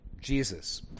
Jesus